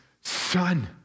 son